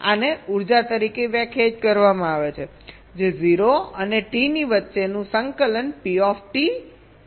આને ઉર્જાતરીકે વ્યાખ્યાયિત કરવામાં આવે છે જે 0 અને T ની વચ્ચેનું સંકલન P dt છે